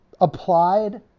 Applied